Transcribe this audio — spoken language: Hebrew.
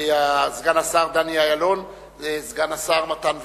סגן השר דני אילון, סגן השר מתן וילנאי,